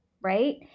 right